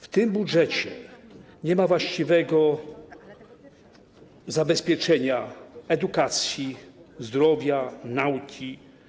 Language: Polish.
W tym budżecie nie ma właściwego zabezpieczenia edukacji, zdrowia, nauki.